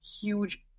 huge